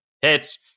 hits